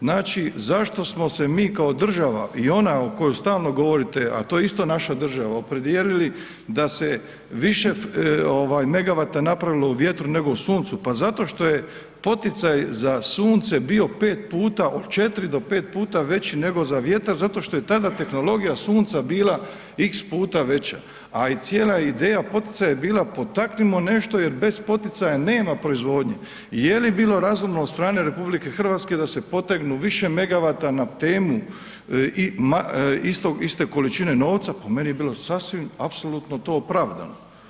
Znači zašto smo se mi kao država i ona o kojoj stalno govorite a to je isto naša država, opredijelili da se više megavata napravilo u vjetru nego u Suncu, pa zato što je poticaj za Sunce bio 5 puta, od 4 do 5 puta veći nego za vjetar, zato što je tada tehnologija Sunca bila x puta veća a i cijela ideja poticaja je bila potaknimo nešto jer bez poticaja nema proizvodnje, je li bilo razumno od strane RH da se potegnu više megavata na temu iste količine novca, pa meni je bilo sasvim apsolutno to opravdano.